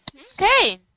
Okay